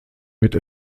mit